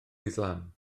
islam